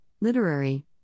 literary